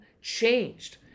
changed